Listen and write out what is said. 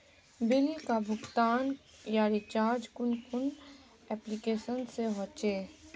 Bill का भुगतान या रिचार्ज कुन कुन एप्लिकेशन से होचे?